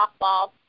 softball